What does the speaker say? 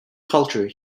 culture